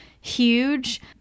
huge